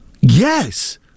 yes